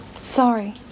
sorry